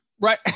Right